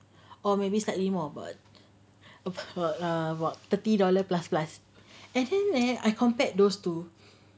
or maybe slightly more but of course lah about thirty dollar plus plus and then leh I compared those two